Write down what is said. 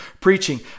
preaching